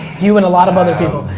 you and a lot of other people.